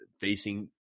facing